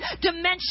dimension